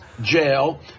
Jail